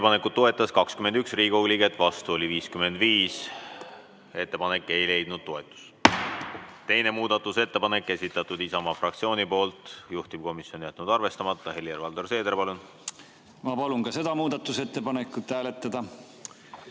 Ettepanekut toetas 21 Riigikogu liiget, vastu oli 55. Ettepanek ei leidnud toetust. Teine muudatusettepanek. Esitatud Isamaa fraktsiooni poolt, juhtivkomisjon on jätnud arvestamata. Helir-Valdor Seeder, palun! Ma palun ka seda muudatusettepanekut hääletada.